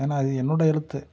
ஏன்னா அது என்னோடய எழுத்து